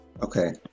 Okay